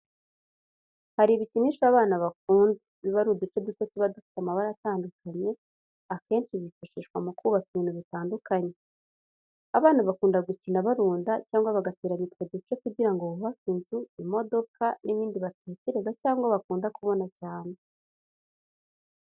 Hari ibikinisho abana bakunda, biba ari uduce duto tuba dufite amabara atandukanye, akenshi bifashishwa mu kubaka ibintu bitandukanye. Abana bakunda gukina barunda cyangwa bagateranya utwo duce kugira ngo bubake inzu, imodoka, n'ibindi batekereza cyangwa bakunda kubona cyane.